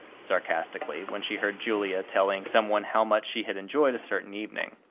sarcastically, when she heard julia telling some one how much she had enjoyed a certain evening.